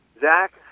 Zach